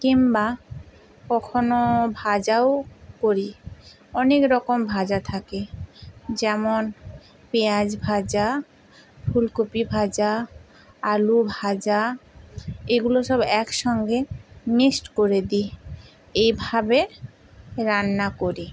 কিম্বা কখনও ভাজাও করি অনেক রকম ভাজা থাকে যেমন পেঁয়াজ ভাজা ফুলকপি ভাজা আলু ভাজা এগুলো সব এক সঙ্গে মিক্সড করে দিই এভাবে রান্না করি